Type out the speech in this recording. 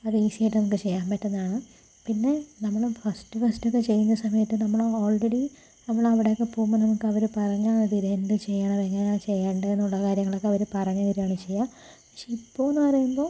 അത് ഈസി ആയിട്ട് നമുക്ക് ചെയ്യാൻ പറ്റുന്നതാണ് പിന്നെ നമ്മള് ഫസ്റ്റ് ഫസ്റ്റൊക്കെ ചെയ്യുന്ന സമയത്ത് നമ്മളങ്ങ് ഓൾറെഡി നമ്മൾ അവിടെയൊക്കെ പോകുമ്പോൾ നമുക്കവര് പറഞ്ഞാമതി ഇത് എന്ത് ചെയ്യണം എങ്ങനെയാണ് ചെയ്യേണ്ടേന്നൊള്ള കാര്യങ്ങളൊക്കെ അവര് പറഞ്ഞു തരാണ് ചെയ്യാ പക്ഷേ ഇപ്പോന്ന് പറയുമ്പോൾ